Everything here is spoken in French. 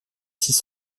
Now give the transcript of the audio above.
six